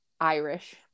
Irish